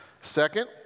Second